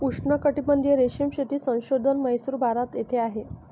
उष्णकटिबंधीय रेशीम शेती संशोधन म्हैसूर, भारत येथे आहे